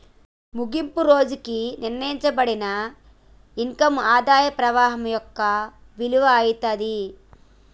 ముగింపు రోజుకి నిర్ణయింపబడిన ఇన్కమ్ ఆదాయ పవాహం యొక్క విలువ అయితాది